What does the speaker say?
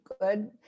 good